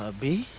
ah be